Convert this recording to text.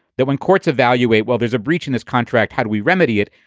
that when courts evaluate, well, there's a breach in this contract. how do we remedy it?